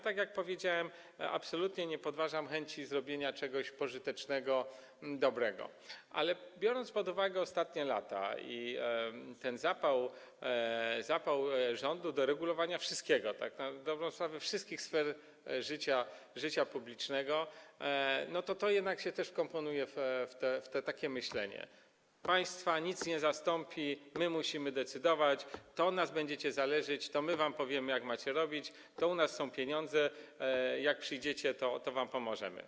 Tak jak powiedziałem, absolutnie nie podważam chęci zrobienia czegoś pożytecznego, dobrego, ale biorąc pod uwagę ostatnie lata i ten zapał rządu do regulowania tak na dobrą sprawę wszystkiego, wszystkich sfer życia publicznego, powiem, że to też wkomponowuje się w takie myślenie: państwa nic nie zastąpi, my musimy decydować, to od nas będziecie zależeć, to my wam powiemy, jak macie robić, to u nas są pieniądze, jak przyjdziecie, to wam pomożemy.